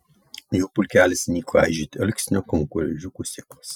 jų pulkelis įniko aižyti alksnio kankorėžiukų sėklas